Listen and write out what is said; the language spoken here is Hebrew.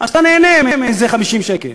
אתה נהנה מאיזה 50 שקל.